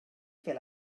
fer